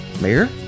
Mayor